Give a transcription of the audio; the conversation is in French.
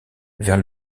vers